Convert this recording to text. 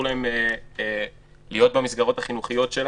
להם להיות במסגרות החינוכיות שלהם,